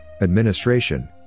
administration